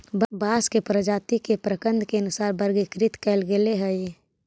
बांस के प्रजाती के प्रकन्द के अनुसार वर्गीकृत कईल गेले हई